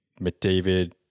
McDavid